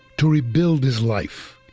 to rebuild his life.